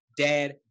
dad